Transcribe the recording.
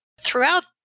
throughout